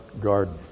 Garden